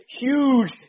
huge